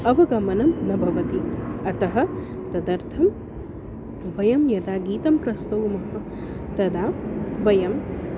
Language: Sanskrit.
अवगमनं न भवति अतः तदर्थं वयं यदा गीतं प्रस्तुमः तदा वयं